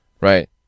Right